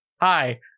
Hi